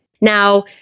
Now